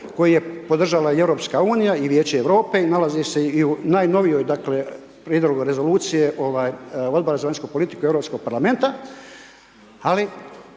koji je podržala i EU i Vijeće Europe i nalazi se i u najnovijoj dakle, prijedlogu rezolucije Odbora za vanjsku politiku i Europskog parlamenta,